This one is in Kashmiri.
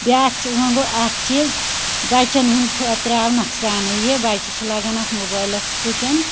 بیٛاکھ چیٖز وَنہٕ بہٕ اکھ چیٖز بَچن ہنٛدۍ خاطرٕ آو نۄقصانٕے یہِ بَچہٕ چھُ لَگان اَتھ موبایلَس سۭتۍ